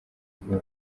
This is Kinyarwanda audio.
nkuru